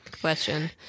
question